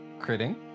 critting